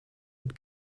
und